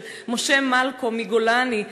אחותו של משה מלקו מגולני.